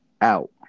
out